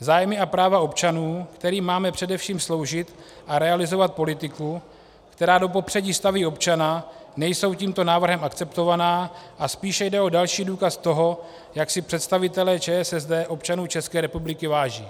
Zájmy a práva občanů, kterým máme především sloužit, a realizovat politiku, která do popředí staví občana, nejsou tímto návrhem akceptována a spíše jde o další důkaz toho, jak si představitelé ČSSD občanů České republiky váží.